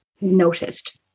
noticed